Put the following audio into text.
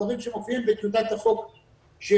דברים שמופיעים בטיוטת החוק שכתבתי,